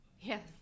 Yes